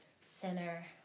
center